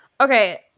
Okay